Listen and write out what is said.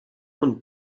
und